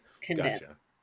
Condensed